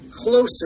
Closer